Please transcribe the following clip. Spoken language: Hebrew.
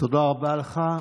תודה רבה לך.